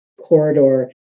corridor